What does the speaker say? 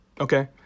Okay